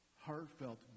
heartfelt